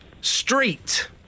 Street